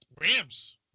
Rams